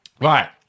Right